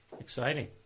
Exciting